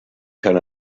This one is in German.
kann